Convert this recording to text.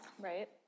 right